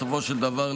בסופו של דבר,